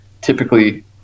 typically